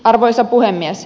arvoisa puhemies